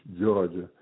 Georgia